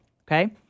Okay